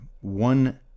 One